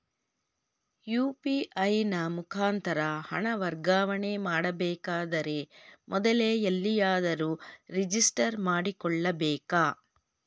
UPI ನ ಮುಖಾಂತರ ಹಣ ವರ್ಗಾವಣೆ ಮಾಡಬೇಕಾದರೆ ಮೊದಲೇ ಎಲ್ಲಿಯಾದರೂ ರಿಜಿಸ್ಟರ್ ಮಾಡಿಕೊಳ್ಳಬೇಕಾ?